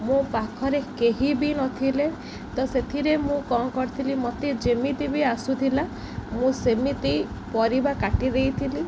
ମୋ ପାଖରେ କେହି ବି ନଥିଲେ ତ ସେଥିରେ ମୁଁ କ'ଣ କରିଥିଲି ମୋତେ ଯେମିତି ବି ଆସୁଥିଲା ମୁଁ ସେମିତି ପରିବା କାଟି ଦେଇଥିଲି